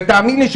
ותאמין לי,